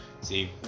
See